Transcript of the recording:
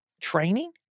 training